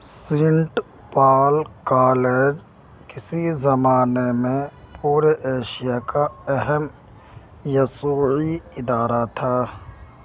Saint Paul College کسی زمانے میں پورے ایشیا کا اہم یسوعی ادارہ تھا